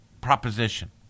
proposition